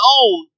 own